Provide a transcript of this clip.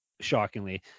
Shockingly